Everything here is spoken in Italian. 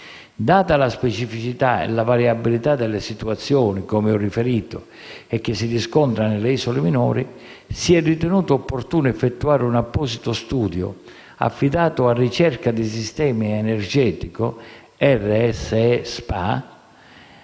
Date la specificità e la variabilità delle situazioni - come ho riferito - che si riscontrano nelle isole minori, si è ritenuto opportuno effettuare un apposito studio, affidato a Ricerca sul sistema energetico - RSE SpA,